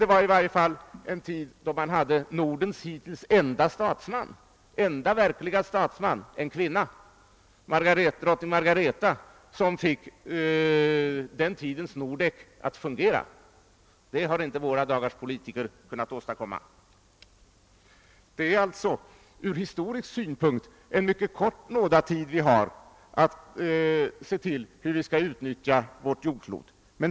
Det var i varje fall en tid då man hade Nordens hittills enda verkliga statsman — som var en kvinna — nämligen drottning Margareta. Hon fick den tidens Nordek att fungera, något som våra politiker inte lyckats göra i vår tid. Det är alltså en ur historisk synpunkt mycket kort nådatid vi har på oss för att utnyttja tillgångarna på vårt jordklot.